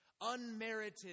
Unmerited